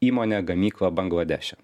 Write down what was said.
įmonė gamyklą bangladeše